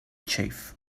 chief